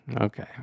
Okay